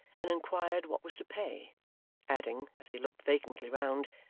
and inquired what was to pay adding, as he looked vacantly round,